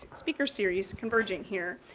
speaker series converging here.